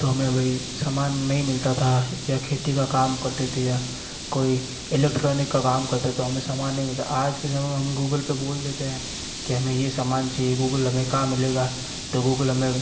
तो हमें वही सामान नहीं मिलता था या खेती का काम करते थे या कोई इलेक्ट्रॉनीक का काम करते तो हमें सामान नहीं मिलता था आज के समय हम गूगल पर बोल देते है कि हमें ये सामान चाहिए गूगल हमें कहां मिलेगा तो गूगल हमें